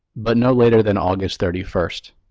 but no later than august thirty first.